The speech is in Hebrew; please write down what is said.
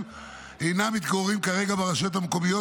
אינם מתגוררים כרגע ברשויות המקומיות,